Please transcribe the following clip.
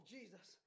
Jesus